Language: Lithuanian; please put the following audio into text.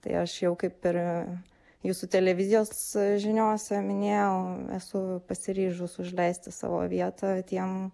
tai aš jau kaip ir jūsų televizijos žiniose minėjau esu pasiryžus užleisti savo vietą tiem